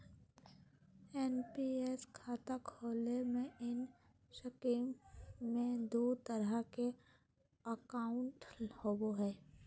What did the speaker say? NPS खाता खोले में इस स्कीम में दू तरह के अकाउंट होबो हइ